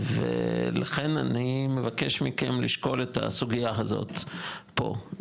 ולכן אני מבקש מכם, לשקול את הסוגייה הזאת פה,